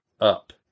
up